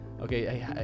okay